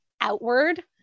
outward